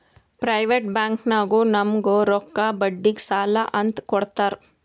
private ಬ್ಯಾಂಕ್ನಾಗು ನಮುಗ್ ರೊಕ್ಕಾ ಬಡ್ಡಿಗ್ ಸಾಲಾ ಅಂತ್ ಕೊಡ್ತಾರ್